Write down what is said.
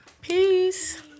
Peace